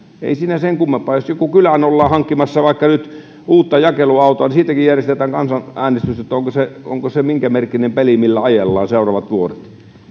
ei siinä sen kummempaa jos johonkin kylään ollaan hankkimassa vaikka nyt uutta jakeluautoa niin siitäkin järjestetään kansanäänestys onko se minkä merkkinen peli millä ajellaan seuraavat vuodet